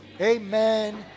amen